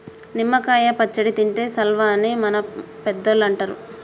నిమ్మ కాయ పచ్చడి తింటే సల్వా అని మన పెద్దలు అంటరు